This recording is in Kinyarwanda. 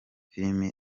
filimi